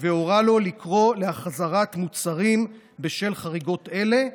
והורה לו לקרוא להחזרת מוצרים בשל חריגות אלה.